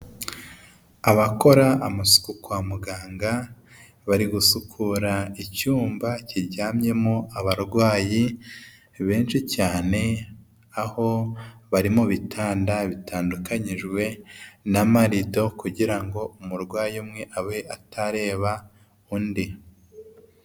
Abakora amasuku kwa muganga bari gusukura icyumba kiryamyemo abarwayi benshi cyane, aho bari mu bitanda bitandukanyijwe na marido kugira ngo umurwayi umwe abe atareba undi.